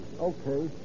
Okay